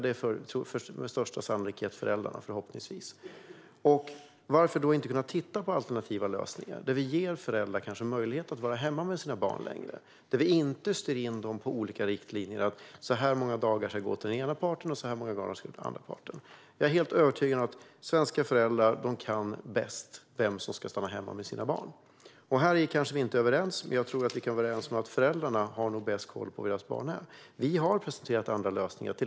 Det är med största sannolikhet förhoppningsvis föräldrarna. Varför kan man då inte titta på alternativa lösningar där vi ger föräldrar möjlighet att kanske vara hemma med sina barn längre? Vi behöver inte styra in dem utifrån olika riktlinjer om hur många dagar som ska gå till den ena parten och hur många som ska gå till den andra parten. Jag är helt övertygad om att svenska föräldrar vet bäst vem som ska stanna hemma med deras barn. Vi kanske inte är överens här, men jag tror att vi kan vara överens om att föräldrarna nog har bäst koll på sina barn. Vi har presenterat andra lösningar.